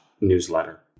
newsletter